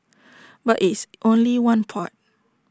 but it's only one part